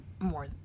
more